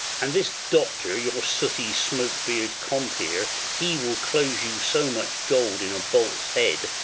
and this doctor, your sooty, smoky-bearded compeer, he will close you so much gold, in a bolt's-head,